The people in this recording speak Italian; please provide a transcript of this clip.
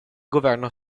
governo